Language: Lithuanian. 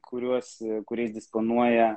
kuriuos kuriais disponuoja